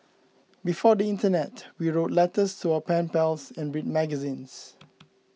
before the internet we wrote letters to our pen pals and read magazines